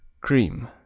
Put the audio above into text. cream